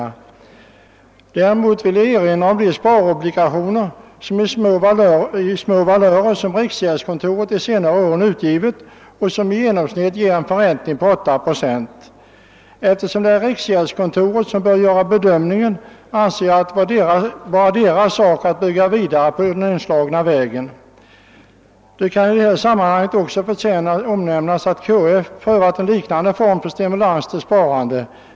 I detta sammanhang vill jag erinra om de sparobligationer i små valörer som riksgäldskontoret under senare år utgivit och som i genomsnitt ger en förräntning på 8 procent. Eftersom det är riksgäldskontoret som bör göra bedömningen, anser jag det vara deras sak att gå vidare på den inslagna vägen. Det kan i sammanhanget förtjäna nämnas att KF har prövat en liknande form för stimulans av sparandet.